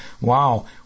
wow